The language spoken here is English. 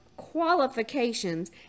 qualifications